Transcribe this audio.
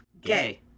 Gay